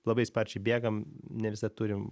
labai sparčiai bėgam ne visad turim